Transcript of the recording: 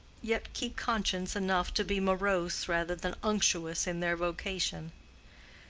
yet keep conscience enough to be morose rather than unctuous in their vocation.